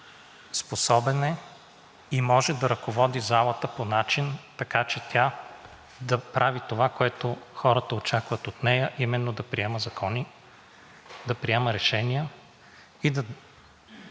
способен е и може да ръководи залата по начин, така че тя да прави това, което хората очакват от нея, а именно да приема закони, да приема решения и да